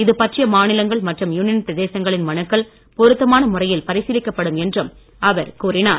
இது பற்றிய மாநிலங்கள் மற்றும் யுனியன் பிரதேசங்களின் மனுக்கள் பொருத்தமான முறையில் பரிசீலிக்கப்படும் என்றும் அவர் கூறினார்